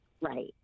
Right